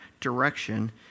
direction